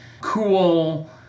cool